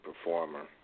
performer